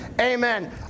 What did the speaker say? Amen